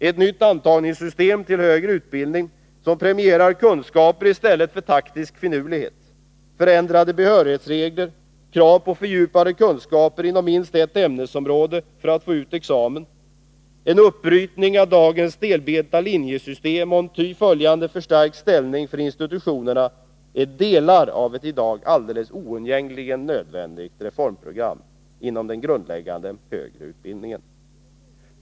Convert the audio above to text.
Ett nytt antagningssystem till högre utbildning — som premierar kunskaper i stället för taktisk finurlighet, förändrade behörighetsregler, krav på fördjupade kunskaper inom minst ett ämnesområde för att få ut examen, en uppbrytning av dagens stelbenta linjesystem och en ty följande förstärkt ställning för institutionerna är delar av ett i dag alldeles oundgängligen nödvändigt reformprogram inom den grundläggande högre utbildningen.